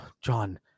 John